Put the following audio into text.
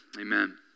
amen